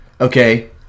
Okay